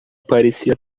parecia